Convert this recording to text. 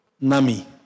Nami